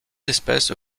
espèces